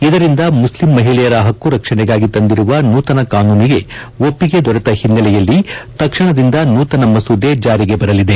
ಇದರಿಂದ ಮುಸ್ಲಿಂ ಮಹಿಳೆಯರ ಹಕ್ಕು ರಕ್ಷಣೆಗಾಗಿ ತಂದಿರುವ ನೂತನ ಕಾನೂನಿಗೆ ಒಪ್ಪಿಗೆ ದೊರೆತ ಹಿನ್ನೆಲೆಯಲ್ಲಿ ತಕ್ಷಣದಿಂದ ನೂತನ ಮಸೂದೆ ಜಾರಿಗೆ ಬರಲಿದೆ